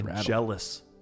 jealous